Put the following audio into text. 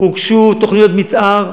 הוגשו תוכניות מתאר,